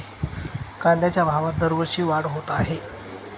कांद्याच्या भावात दरवर्षी वाढ होत आहे